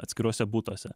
atskiruose butuose